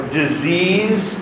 disease